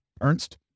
Ernst